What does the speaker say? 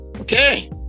Okay